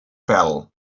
pèl